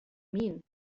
mean